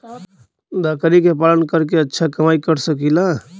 बकरी के पालन करके अच्छा कमाई कर सकीं ला?